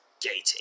gating